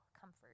comfort